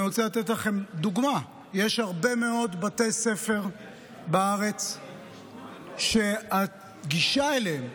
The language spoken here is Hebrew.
אני רוצה לתת לכם דוגמה: יש הרבה מאוד בתי ספר בארץ שהגישה אליהם,